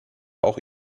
auch